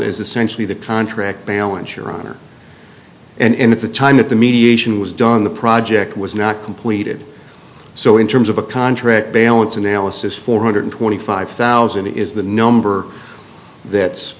is essentially the contract balance your honor and at the time that the mediation was done the project was not completed so in terms of a contract balance analysis four hundred twenty five thousand is the number that's